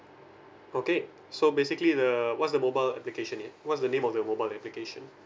okay so basically the what's the mobile application eh what's the name of the mobile application